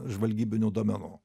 žvalgybinių duomenų